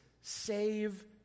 save